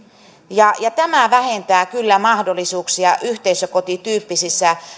ja ja tämä vähentää kyllä mahdollisuuksia yhteisökotityyppisissä